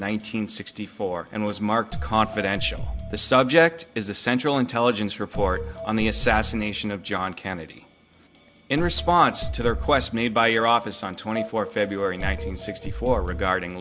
hundred sixty four and was marked confidential the subject is the central intelligence report on the assassination of john kennedy in response to their quest made by your office on twenty four february nineteenth sixty four regarding